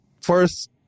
first